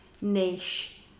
niche